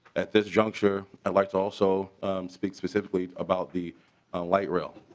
at this juncture i like to also speak specifically about the light rail.